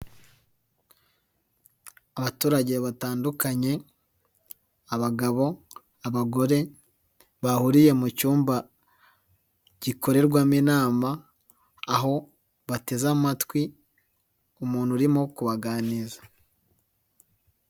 Abaturage batandukanye, abagabo, abagore, bahuriye mu cyumba, gikorerwamo inama, aho bateze amatwi umuntu urimo kubaganiriza.